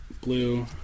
blue